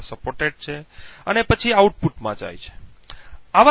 આ input data અથવા કંઈ પણ હોઈ શકે છે જે વપરાશકર્તા દ્વારા ઉલ્લેખિત છે